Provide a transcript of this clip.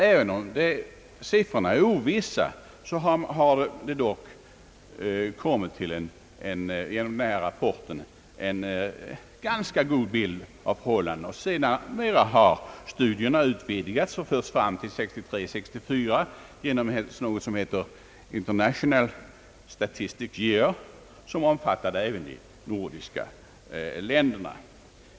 Även om siffrorna är osäkra har man såvitt jag kan förstå genom denna rapport fått en ganska god bild av förhållandena. Sedermera har studierna utvidgats och förts fram till 1963—1964 genom arbetet i samband med det s.k. International Statistic Year, som omfattade även de nordiska länderna.